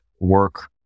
work